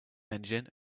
engine